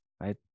right